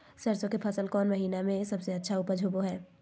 सरसों के फसल कौन महीना में सबसे अच्छा उपज होबो हय?